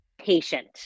patient